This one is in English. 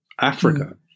Africa